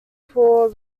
paul